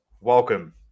Welcome